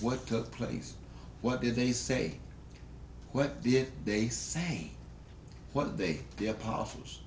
what took place what did they say what did they say what they did the apostles